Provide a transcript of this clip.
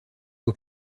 aux